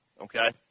Okay